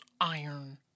iron